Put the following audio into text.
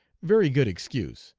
very good excuse,